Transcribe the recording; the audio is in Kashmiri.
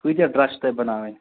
کۭتیٛاہ ڈرٛس چھُ تۄہہِ بَناوٕنۍ